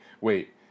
wait